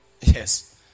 Yes